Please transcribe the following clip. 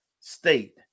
state